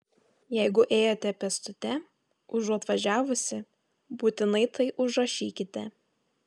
jeigu ėjote pėstute užuot važiavusi būtinai tai užrašykite